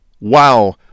wow